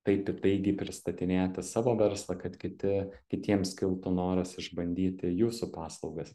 taip įtaigiai pristatinėti savo verslą kad kiti kitiems kiltų noras išbandyti jūsų paslaugas